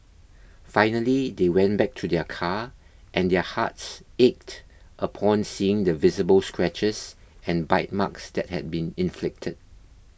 finally they went back to their car and their hearts ached upon seeing the visible scratches and bite marks that had been inflicted